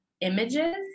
images